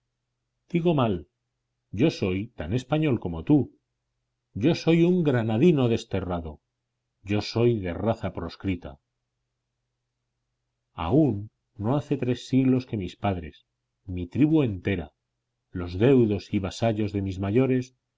digo mal yo soy tan español como tú yo soy un granadino desterrado yo soy de raza proscrita aún no hace tres siglos que mis padres mi tribu entera los deudos y vasallos de mis mayores